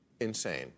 insane